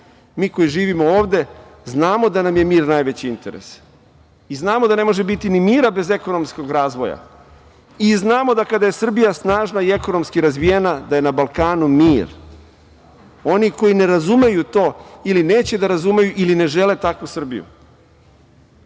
Mi koji živimo ovde znamo da nam je mir najveći interes i znamo da ne može ni biti mira bez ekonomskog razvoja, i znamo da kada je Srbija ekonomski snažna i razvijena da je na Balkanu mir. Oni koji ne razumeju to, ili neće da razumeju, ili ne žele takvu Srbiju.